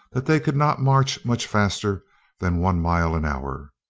that they could not march much faster than one mile an hour.